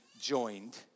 joined